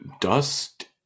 dust